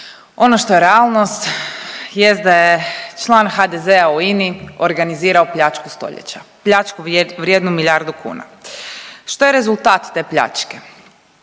Ono što je realnost jest da je član HDZ-a u INA-i organizirao pljačku stoljeća, pljačku vrijednu milijardu kuna. Što je rezultat te pljačke?